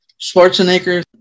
Schwarzenegger